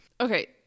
Okay